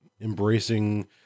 embracing